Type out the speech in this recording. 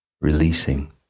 releasing